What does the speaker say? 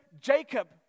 Jacob